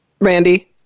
Randy